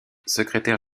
secrétaire